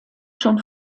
schon